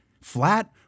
flat